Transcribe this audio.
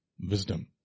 Wisdom